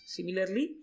Similarly